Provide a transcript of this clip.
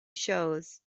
shows